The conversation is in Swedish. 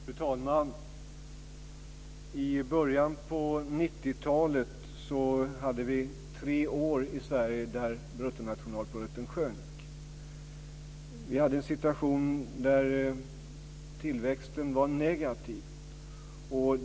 Fru talman! I början på 90-talet hade vi tre år i Sverige där bruttonationalprodukten sjönk. Vi hade en situation där tillväxten var negativ.